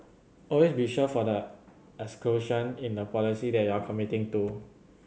always be sure for the exclusion in the policy that you are committing to